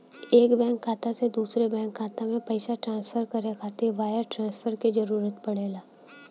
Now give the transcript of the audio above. एक बैंक खाता से दूसरे बैंक खाता में पइसा ट्रांसफर करे खातिर वायर ट्रांसफर क जरूरत पड़ेला